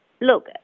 Look